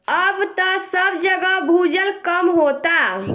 अब त सब जगह भूजल कम होता